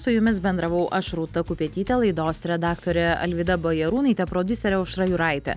su jumis bendravau aš rūta kupetytė laidos redaktorė alvyda bajarūnaitė prodiuserė aušra juraitė